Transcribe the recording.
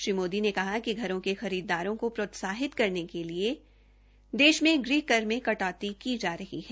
श्री मोदी ने कहा कि घरों के खरीदारों को प्रोत्साहित करने के लिए देश में गृहकर में कटौती की जा रही है